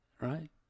right